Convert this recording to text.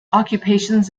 occupations